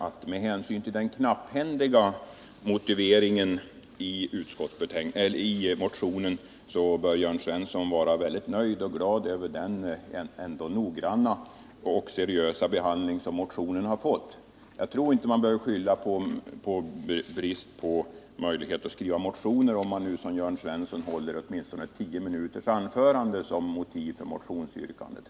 Med hänsyn till den knapphändiga motiveringen i motionen bör Jörn Svensson vara nöjd och glad över den noggranna och seriösa behandling som motionen har fått. Jag tror inte att han bör skylla på brist på tid att skriva motioner, när han nu i ett tio minuter långt anförande har talat om motiven för motionsyrkandet.